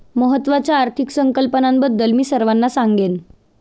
महत्त्वाच्या आर्थिक संकल्पनांबद्दल मी सर्वांना सांगेन